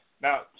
Now